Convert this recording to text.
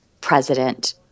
president